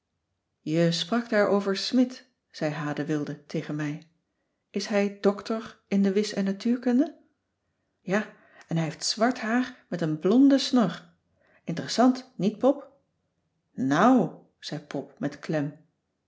je sprak daar over smidt zei h de wilde tegen mij is hij doctor in de wis en natuurkunde ja en hij heeft zwart haar met een blonde snor interessant niet pop noù zei pop met klem